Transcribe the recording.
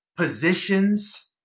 Positions